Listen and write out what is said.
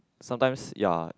sometimes ya